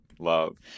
love